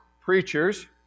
preachers